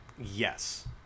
Yes